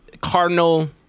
cardinal